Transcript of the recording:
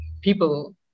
people